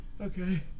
Okay